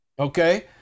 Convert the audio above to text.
okay